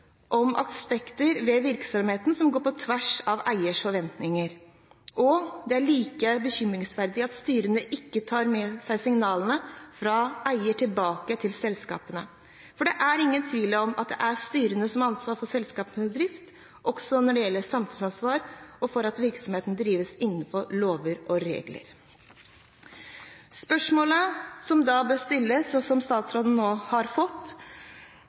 om aspekter ved virksomheten som går på tvers av eiers forventninger. Og det er like bekymringsfullt at styrene ikke tar med seg signalene fra eier tilbake til selskapene. For det er ingen tvil om at det er styret som har ansvaret for selskapets drift også når det gjelder samfunnsansvar, og for at virksomheten drives innenfor lover og regler. Spørsmålet som da bør stilles, og som statsråden nå har fått,